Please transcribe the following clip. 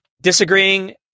disagreeing